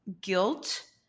guilt